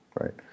right